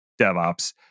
DevOps